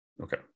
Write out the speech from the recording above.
Okay